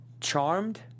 charmed